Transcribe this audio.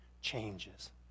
changes